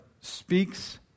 speaks